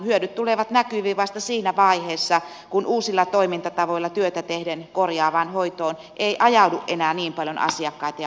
hyödyt tulevat näkyviin vasta siinä vaiheessa kun uusilla toimintatavoilla työtä tehden korjaavaan hoitoon ei ajaudu enää niin paljon asiakkaita ja potilaita